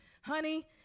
Honey